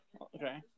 Okay